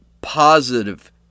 positive